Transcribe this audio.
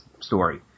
story